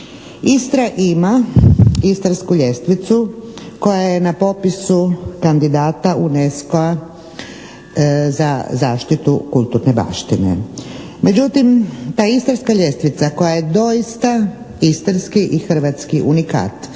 Istra ima istarsku ljestvicu koja je na popisu kandidata UNESCO-a za zaštitu kulturne baštine. Međutim, ta istarska ljestvica koja je doista istarski i hrvatski unikat